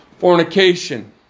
fornication